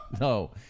no